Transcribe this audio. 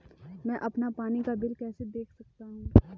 मैं अपना पानी का बिल कैसे देख सकता हूँ?